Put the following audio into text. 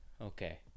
okay